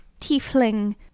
tiefling